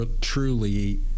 truly